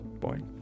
point